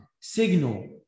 signal